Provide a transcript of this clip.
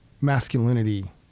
masculinity